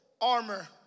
armor